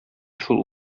шул